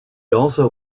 also